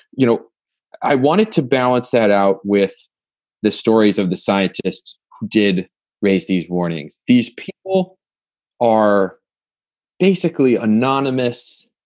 you know i wanted to balance that out with the stories of the scientists who did raise these warnings. these people are basically anonymous.